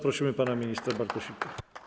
Prosimy pana ministra Bartosika.